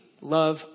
love